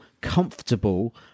comfortable